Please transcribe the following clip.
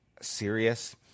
serious